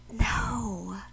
No